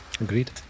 Agreed